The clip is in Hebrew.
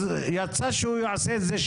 ובמסגרת החוזה החברתי שלנו איתם,